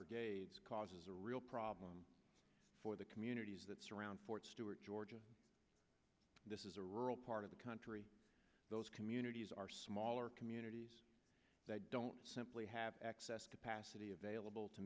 five causes a real problem for the communities that surround fort stewart georgia this is a rural part of the country those communities are smaller communities that don't simply have excess capacity available to